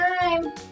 time